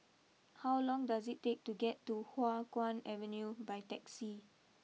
how long does it take to get to Hua Guan Avenue by taxi